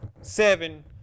seven